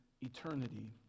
eternity